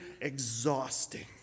exhausting